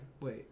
Wait